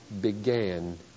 began